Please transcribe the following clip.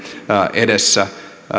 edessä